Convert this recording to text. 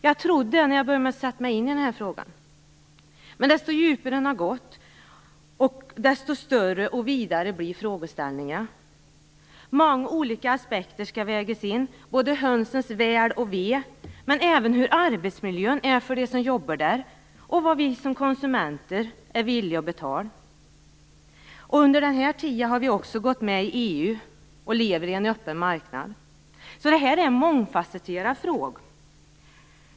Jag trodde när jag började sätta mig in i frågan att det skulle vara så, men ju djupare jag har gått in i den, desto vidare har frågeställningarna blivit. Många olika aspekter skall vägas in: dels hönornas väl och ve, dels arbetsmiljön för dem som jobbar med dem, dels vad vi som konsumenter är villiga att betala. Under den här tiden har vi också gått med i EU och lever på en öppen marknad. Det är alltså en mångfasetterad fråga.